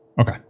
okay